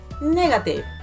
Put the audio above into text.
negative